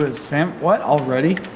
but sam? what, already?